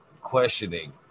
questioning